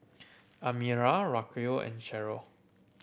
Amira Racquel and Cherelle